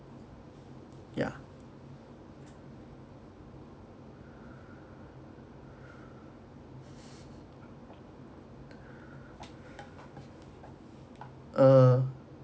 yeah uh